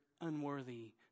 unworthy